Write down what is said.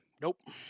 Nope